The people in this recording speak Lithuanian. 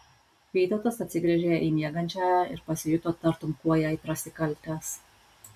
vytautas atsigręžė į miegančiąją ir pasijuto tartum kuo jai prasikaltęs